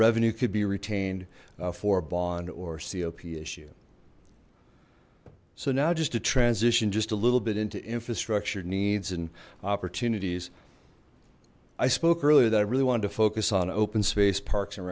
revenue could be retained for bond or co p issue so now just to transition just a little bit into infrastructure needs and opportunities i spoke earlier that i really wanted to focus on open space parks and